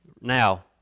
now